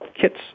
kits